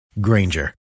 Granger